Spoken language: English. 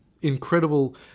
incredible